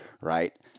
right